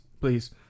please